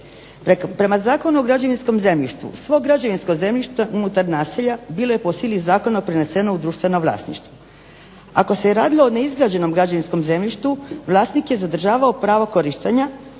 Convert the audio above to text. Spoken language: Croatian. Prema Zakonu o građevinskom zemljištu svo građevinsko zemljište unutar naselja bilo je po sili zakona preneseno u društveno vlasništvo. Ako se radilo o neizgrađenom građevinskom zemljištu vlasnik je zadržavao pravo korištenja